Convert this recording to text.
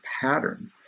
pattern